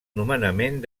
nomenament